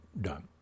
done